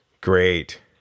great